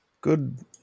good